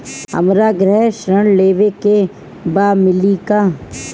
हमरा गृह ऋण लेवे के बा मिली का?